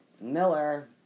Miller